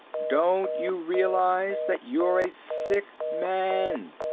don't you realize that you're a sick man?